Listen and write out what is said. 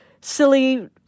silly